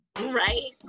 right